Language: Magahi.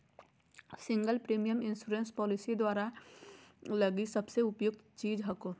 सिंगल प्रीमियम इंश्योरेंस पॉलिसी तोरा लगी सबसे उपयुक्त चीज हको